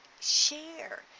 share